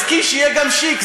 אז קיש יהיה גם שיק.